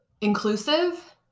inclusive